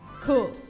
Cool